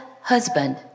husband